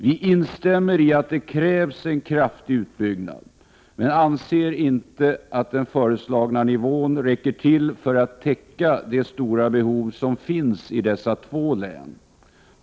Vi instämmer i att det krävs en kraftig utbyggnad men anser inte att den föreslagna nivån räcker till för att täcka de stora behov som finns i dessa två län!